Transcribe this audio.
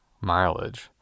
mileage